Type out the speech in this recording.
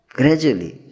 gradually